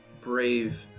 brave